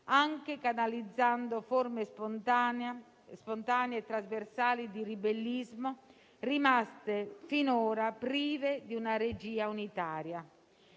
anche canalizzando forme spontanee e trasversali di ribellismo, rimaste finora prive di una regia unitaria.